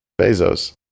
Bezos